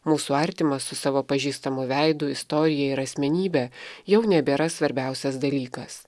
mūsų artimas su savo pažįstamu veidu istorija ir asmenybe jau nebėra svarbiausias dalykas